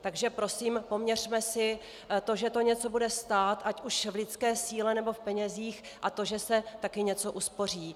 Takže prosím poměřme si to, že to něco bude stát, ať už v lidské síle, nebo v penězích, a to, že se taky něco uspoří.